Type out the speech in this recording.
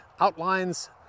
outlines